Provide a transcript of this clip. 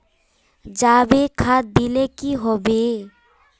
जाबे खाद दिले की होबे?